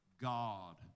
God